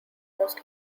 most